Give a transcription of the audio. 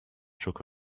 shook